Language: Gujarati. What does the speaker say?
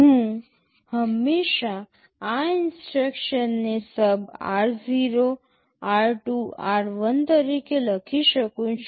હું હંમેશાં આ ઇન્સટ્રક્શનને SUB r0 r2 r1 તરીકે લખી શકું છું